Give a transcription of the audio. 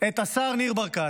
את השר ניר ברקת,